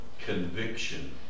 conviction